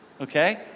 Okay